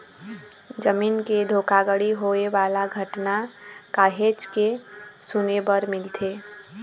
जमीन के धोखाघड़ी होए वाला घटना काहेच के सुने बर मिलथे